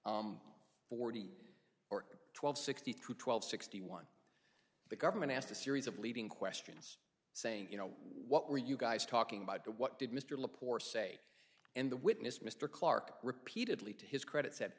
forty or twelve sixty two twelve sixty one the government asked a series of leading questions saying you know what were you guys talking about what did mr lapore say and the witness mr clark repeatedly to his credit